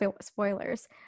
spoilers